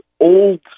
old